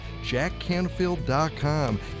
jackcanfield.com